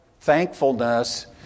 thankfulness